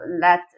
let